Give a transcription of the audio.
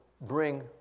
bring